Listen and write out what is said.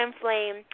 flame